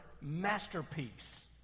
masterpiece